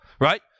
right